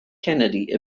kennedy